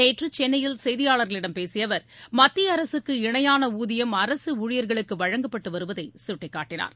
நேற்று சென்னையில் செய்தியாளர்களிடம் பேசிய அவர் மத்திய அரசுக்கு இணையான ஊதியம் அரசு ஊழியர்களுக்கு வழங்கப்பட்டு வருவதை சுட்டிக்காட்டினார்